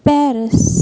Paris